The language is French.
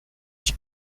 t’y